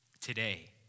Today